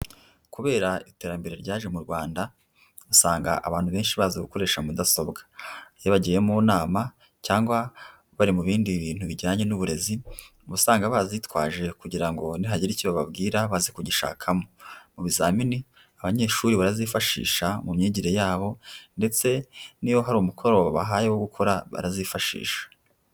Kubera iterambere ryaje mu Rwanda, usanga abantu benshi bazi gukoresha mudasobwa. Iyo bagiye mu nama cyangwa bari mu bindi bintu bijyanye n'uburezi, uba usanga bazitwaje kugira ngo nihagira icyo bababwira baze kugishashakamo. Mu bizamini, abanyeshuri barazifashisha mu myigire yabo ndetse niyo hari umukoro babahaye wo gukora, barazifashisha.